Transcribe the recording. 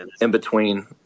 in-between